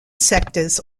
sectors